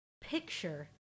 picture